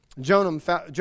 Jonah